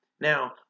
Now